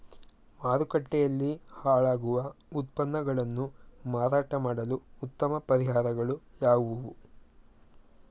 ಮಾರುಕಟ್ಟೆಯಲ್ಲಿ ಹಾಳಾಗುವ ಉತ್ಪನ್ನಗಳನ್ನು ಮಾರಾಟ ಮಾಡಲು ಉತ್ತಮ ಪರಿಹಾರಗಳು ಯಾವುವು?